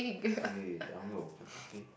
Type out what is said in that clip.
okay I want go and open okay